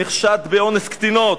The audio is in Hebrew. נחשד באונס קטינות: